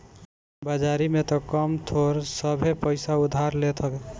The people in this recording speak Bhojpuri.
बाजारी में तअ कम थोड़ सभे पईसा उधार लेत हवे